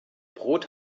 brot